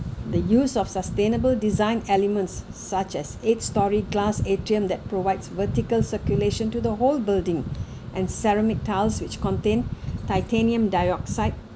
the use of sustainable design elements such as eight storey glass atrium that provides vertical circulation to the whole building and ceramic tiles which contain titanium dioxide